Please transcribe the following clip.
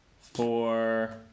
Four